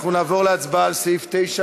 אנחנו נעבור להצבעה על סעיפים 9